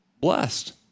blessed